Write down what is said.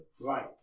Right